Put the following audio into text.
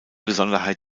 besonderheit